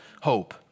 hope